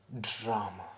drama